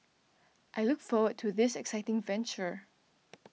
I look forward to this exciting venture